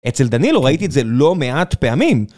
אצל דנילו ראיתי את זה לא מעט פעמים.